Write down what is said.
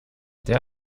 der